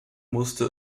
musste